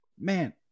man